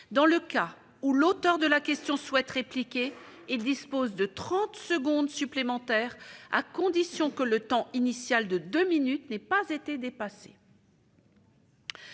Dans le cas où l'auteur de la question souhaite répliquer, il dispose de trente secondes supplémentaires, à la condition que le temps initial de deux minutes n'ait pas été dépassé.